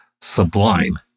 sublime